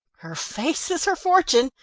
her face is her fortune,